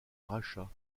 rachat